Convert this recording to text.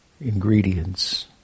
ingredients